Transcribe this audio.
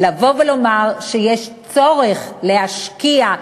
לבוא ולומר שיש צורך להשקיע,